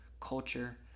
culture